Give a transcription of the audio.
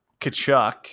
Kachuk